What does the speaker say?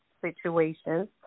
situations